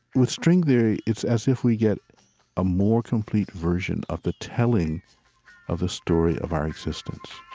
with string theory, it's as if we get a more complete version of the telling of the story of our existence